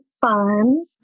fun